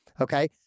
Okay